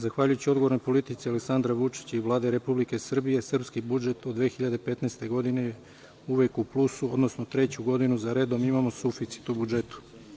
Zahvaljujući odgovornoj politici Aleksandra Vučića i Vlade Republike Srbije, srpski budžet u 2015. godini je uvek u plusu, odnosno treću godinu zaredom imamo suficit u budžetu.